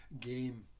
game